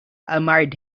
admired